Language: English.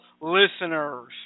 listeners